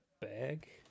bag